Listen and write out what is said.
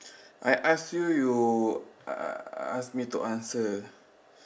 I ask you you a~ ask me to answer